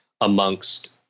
amongst